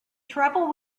trouble